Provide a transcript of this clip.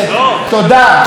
חבר הכנסת עפר שלח.